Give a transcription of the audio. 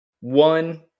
one